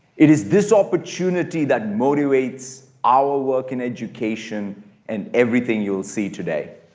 it is this opportunity that motivates our work in education and everything you'll see today.